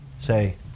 Say